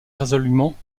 résolument